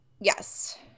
yes